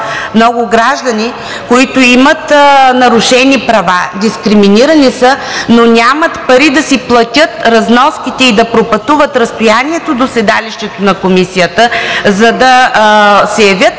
много граждани, които имат нарушени права. Дискриминирани са, но нямат пари да си платят разноските и да пропътуват разстоянието до седалище на Комисията, за да се явят